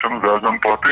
אצלנו זה היה גן פרטי,